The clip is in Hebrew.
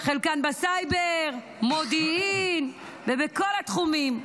חלקן בסייבר, מודיעין, ובכל התחומים.